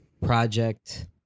project